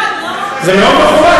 מה זה הדיבור הזה, זה לא מכוון.